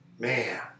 Man